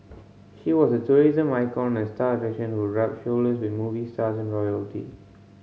she was a tourism icon and star attraction who rubbed shoulders with movie stars and royalty